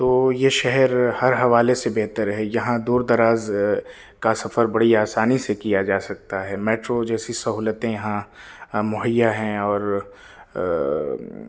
تو یہ شہر ہر حوالے سے بہتر ہے یہاں دور دراز کا سفر بڑی آسانی سے کیا جا سکتا ہے میٹرو جیسی سہولتیں یہاں مہیا ہیں اور